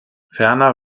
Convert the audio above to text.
ferner